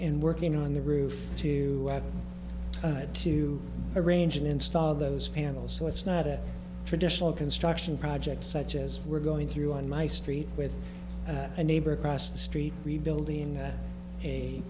and working on the roof to have to arrange an install of those panels so it's not a traditional construction project such as we're going through on my street with a neighbor across the street rebuilding